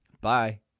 Bye